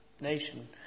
nation